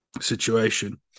situation